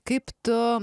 kaip tu